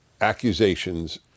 accusations